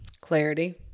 clarity